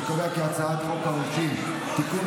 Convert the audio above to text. אני קובע כי הצעת חוק העונשין (תיקון,